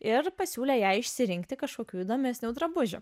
ir pasiūlė jai išsirinkti kažkokių įdomesnių drabužių